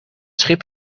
schip